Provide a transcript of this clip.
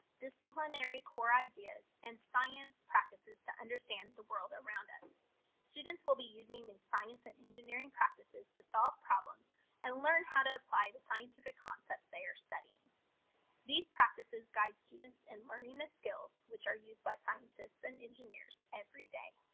disciplinary core ideas and science practices to understand the world around us students will be using these science and engineering practices to solve problems and learn how to apply the scientific concepts. they are studying these practices guide students in learning the skills which are used by scientists and engineers every day